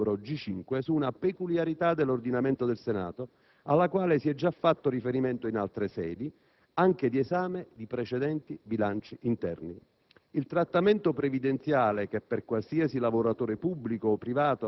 Voglio però soffermarmi preliminarmente, anche per illustrare l'ordine del giorno G5, su una peculiarità dell'ordinamento Senato, alla quale si è già fatto riferimento in altre sedi, anche di esame di precedenti bilanci interni.